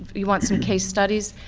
you want some case studies.